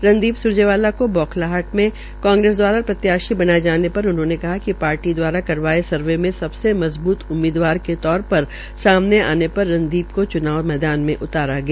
रणदीप स्रजेवाला को बौखलाहट में कांग्रेस द्वारा प्रत्याशी बनाये जाने पर उन्होंने कहा कि पार्टी दवारा करवाये सर्वे में सबसे मजबूत उम्मीदवार के तौर पर आने पर रणदीप को च्नाव तौर में उतारा गया